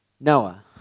Noah